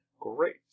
great